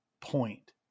point